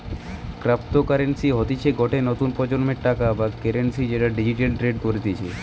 cryptocurrency হতিছে গটে নতুন প্রজন্মের টাকা বা কারেন্সি যেটা ডিজিটালি ট্রেড করতিছে